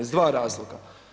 Iz dva razloga.